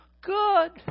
good